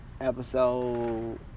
episode